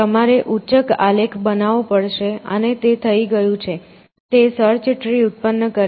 તમારે ઉચ્ચક આલેખ બનાવવો પડશે અને તે થઈ ગયું છે તે સર્ચ ટ્રી ઉત્પન્ન કરે છે